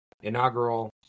Inaugural